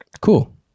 Cool